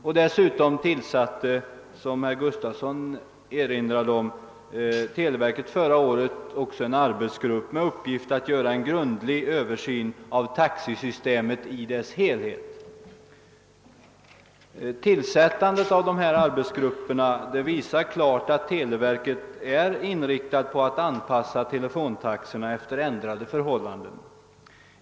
Den sker för det andra, som herr Gustafson i Göteborg erinrade om, genom den arbetsgrupp som televerket tillsatte förra året med uppgift att göra en grundlig översyn av taxesystemet i dess helhet. Tillsättandet av dessa arbetsgrupper visar klart att televerket är inriktat på att anpassa telefontaxorna efter ändra de förhållanden.